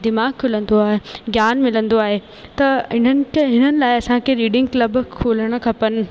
दिमाग़ु खुलंदो आहे ज्ञानु मिलंदो आहे त हिननि ते हिननि लाइ असांखे रीडिंग क्लब खोलणु खपनि